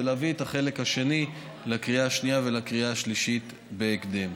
ולהביא את החלק השני לקריאה השנייה ולקריאה השלישית בהקדם.